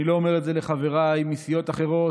אני לא אומר את זה לחבריי מסיעות אחרות,